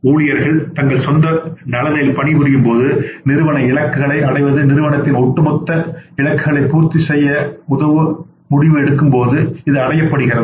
ஊழியர்கள் தங்கள் சொந்த நலனில் பணிபுரியும் போது நிறுவன இலக்குகளை அல்லது நிறுவனத்தின் ஒட்டுமொத்த இலக்குகளை பூர்த்தி செய்ய உதவும் முடிவுகளை எடுக்கும்போது இது அடையப்படுகிறது